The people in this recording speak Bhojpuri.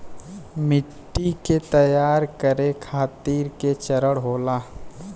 मिट्टी के तैयार करें खातिर के चरण होला?